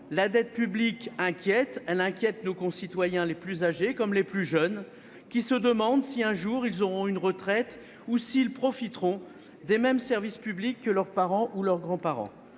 La dette publique inquiète. Elle inquiète nos concitoyens les plus âgés comme les plus jeunes, lesquels se demandent s'ils toucheront un jour une retraite et s'ils pourront profiter des mêmes services publics que leurs parents et leurs grands-parents.